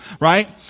right